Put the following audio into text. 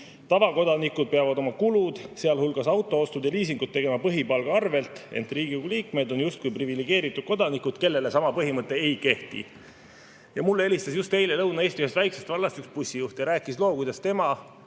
Tavakodanikud peavad oma kulud, sealhulgas autoostud ja ‑liisingud tegema põhipalga arvelt, ent Riigikogu liikmed on justkui privilegeeritud kodanikud, kellele sama põhimõte ei kehti. Mulle helistas eile Lõuna-Eesti ühest väiksest vallast üks bussijuht, kes rääkis loo, kuidas tema